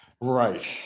right